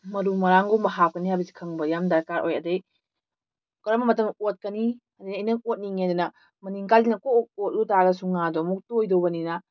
ꯃꯔꯨ ꯃꯔꯥꯡꯒꯨꯝꯕ ꯍꯥꯞꯀꯅꯤ ꯍꯥꯏꯕꯁꯤ ꯈꯪꯕ ꯌꯥꯝ ꯗꯔꯀꯥꯔ ꯑꯣꯏ ꯑꯗꯒꯤ ꯀꯔꯝꯕ ꯃꯇꯝꯗ ꯑꯣꯠꯀꯅꯤ ꯑꯗꯩ ꯑꯩꯅ ꯑꯣꯠꯅꯤꯡꯉꯦꯗꯅ ꯃꯅꯤꯡ ꯀꯥꯏꯗꯅ ꯀꯣꯛ ꯑꯣꯠꯂꯨ ꯇꯥꯔꯁꯨ ꯉꯥꯗꯣ ꯑꯃꯨꯛ ꯇꯣꯏꯗꯧꯕꯅꯤꯅ